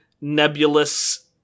nebulous